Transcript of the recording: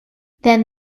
then